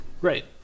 Right